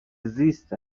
زیست